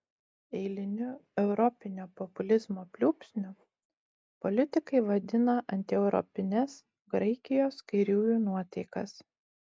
eiliniu europinio populizmo pliūpsniu politikai vadina antieuropines graikijos kairiųjų nuotaikas